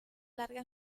larga